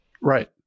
Right